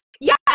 Yes